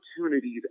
opportunities